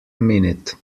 minute